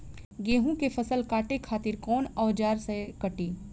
गेहूं के फसल काटे खातिर कोवन औजार से कटी?